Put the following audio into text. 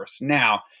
Now